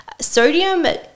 Sodium